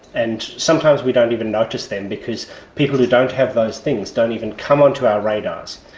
and sometimes we don't even notice them because people who don't have those things don't even come onto our radars.